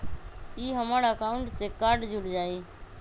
ई हमर अकाउंट से कार्ड जुर जाई?